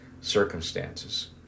circumstances